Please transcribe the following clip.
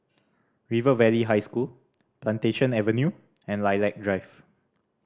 River Valley High School Plantation Avenue and Lilac Drive